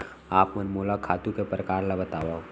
आप मन मोला खातू के प्रकार ल बतावव?